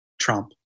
Trump